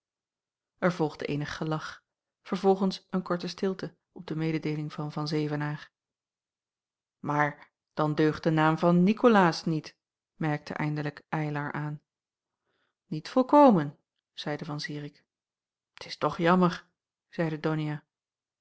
er volgde eenig gelach vervolgens een korte stilte op de mededeeling van van zevenaer maar dan deugt de naam van nikolaas niet merkte eindelijk eylar aan niet volkomen zeide van zirik t is toch jammer zeide donia